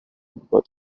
but